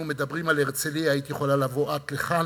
מדברים על הרצלייה היית יכולה לבוא את לכאן